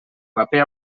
paper